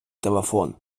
телефон